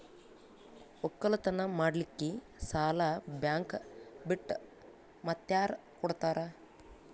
ಒಕ್ಕಲತನ ಮಾಡಲಿಕ್ಕಿ ಸಾಲಾ ಬ್ಯಾಂಕ ಬಿಟ್ಟ ಮಾತ್ಯಾರ ಕೊಡತಾರ?